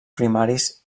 primaris